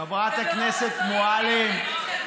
חברת הכנסת מועלם,